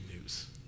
news